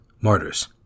martyrs